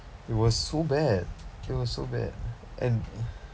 it was so bad it was so bad and